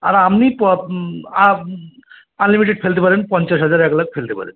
আর আপনি প আ আনলিমিটেড ফেলতে পারেন পঞ্চাশ হাজার এক লাখ ফেলতে পারেন